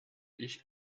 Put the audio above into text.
ich